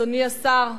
אדוני השר,